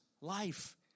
life